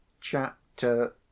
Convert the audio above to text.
Chapter